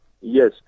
Yes